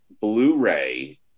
Blu-ray